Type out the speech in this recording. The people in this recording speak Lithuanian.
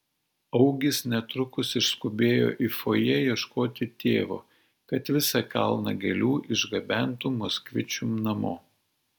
augis netrukus išskubėjo į fojė ieškoti tėvo kad visą kalną gėlių išgabentų moskvičium namo